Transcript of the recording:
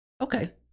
Okay